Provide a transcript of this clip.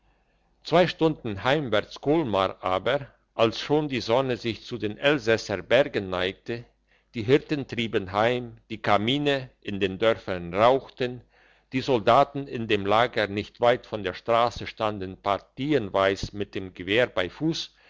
zwei stunden herwärts kolmar aber als schon die sonne sich zu den elsässer bergen neigte die hirten trieben heim die kamine in den dörfern rauchten die soldaten in dem lager nicht weit von der strasse standen partienweise mit dem gewehr beim fuss